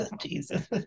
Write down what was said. Jesus